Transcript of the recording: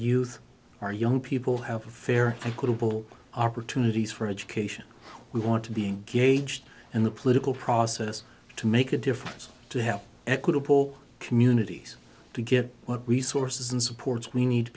youth our young people have a fear of global opportunities for education we want to being gauged in the political process to make a difference to help equitable communities to get what resources and support we need to